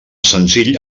senzill